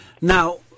Now